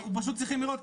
זה רק לניתוחים.